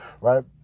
right